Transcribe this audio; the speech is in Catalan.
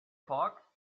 foc